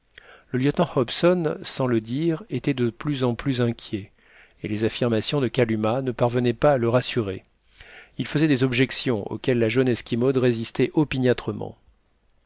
le lieutenant hobson sans le dire était de plus en plus inquiet et les affirmations de kalumah ne parvenaient pas à le rassurer il faisait des objections auxquelles la jeune esquimaude résistait